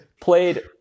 played